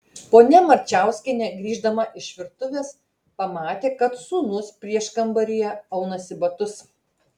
ponia marčiauskienė grįždama iš virtuvės pamatė kad sūnus prieškambaryje aunasi batus